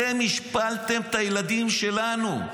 אתם השפלתם את הילדים שלנו.